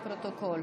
לפרוטוקול.